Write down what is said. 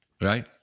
Right